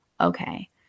okay